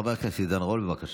חבר הכנסת עידן רול, בבקשה.